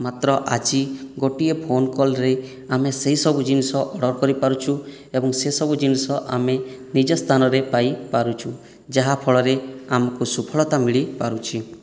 ମାତ୍ର ଆଜି ଗୋଟିଏ ଫୋନ୍ କଲ୍ରେ ଆମେ ସେହି ସବୁ ଜିନିଷ ଅର୍ଡ଼ର କରିପାରୁଛୁ ଏବଂ ସେସବୁ ଜିନିଷ ଆମେ ନିଜ ସ୍ଥାନରେ ପାଇପାରୁଛୁ ଯାହାଫଳରେ ଆମକୁ ସଫଳତା ମିଳିପାରୁଛି